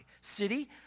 city